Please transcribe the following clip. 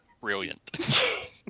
Brilliant